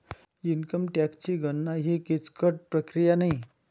income टॅक्सची गणना ही किचकट प्रक्रिया नाही